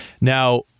Now